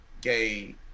Gay